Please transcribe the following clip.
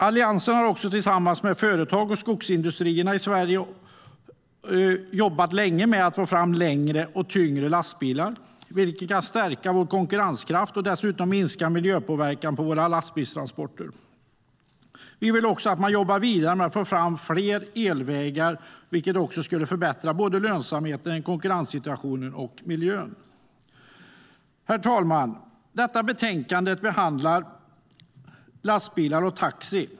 Alliansen har också tillsammans med företag och skogsindustrierna i Sverige jobbat länge med att få fram längre och tyngre lastbilar, vilket kan stärka vår konkurrenskraft och dessutom minska miljöpåverkan av våra lastbilstransporter. Vi vill också att man jobbar vidare med att få fram fler elvägar, vilket skulle förbättra lönsamheten, konkurrenssituationen och miljön. Herr talman! I detta betänkande behandlas lastbilar och taxi.